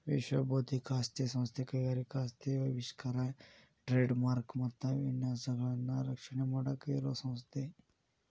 ವಿಶ್ವ ಬೌದ್ಧಿಕ ಆಸ್ತಿ ಸಂಸ್ಥೆ ಕೈಗಾರಿಕಾ ಆಸ್ತಿ ಆವಿಷ್ಕಾರ ಟ್ರೇಡ್ ಮಾರ್ಕ ಮತ್ತ ವಿನ್ಯಾಸಗಳನ್ನ ರಕ್ಷಣೆ ಮಾಡಾಕ ಇರೋ ಸಂಸ್ಥೆ